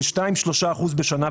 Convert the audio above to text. כ-שניים-שלושה אחוז בשנה,